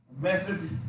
method